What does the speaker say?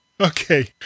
Okay